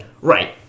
Right